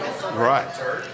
Right